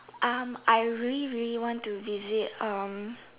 um I really really want to visit um